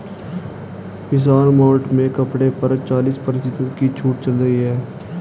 विशाल Mart में कपड़ों पर चालीस प्रतिशत की छूट चल रही है